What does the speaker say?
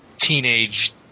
teenage